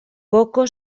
poco